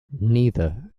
neither